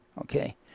okay